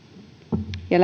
ja